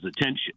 attention